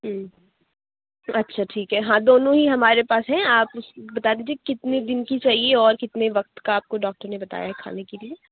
تو اچھا ٹھیک ہے ہاں دونوں ہی ہمارے پاس ہیں آپ بتا دیجیے کتنے دِن کی چاہیے اور کتنے وقت کا آپ کو ڈاکٹر نے بتایا ہے کھانے کے لیے